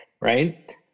right